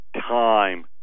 time